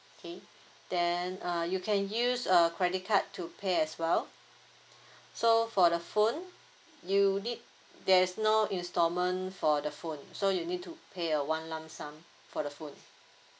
okay then err you can use a credit card to pay as well so for the phone you need there's no installment for the phone so you need to pay a one lump sum for the phone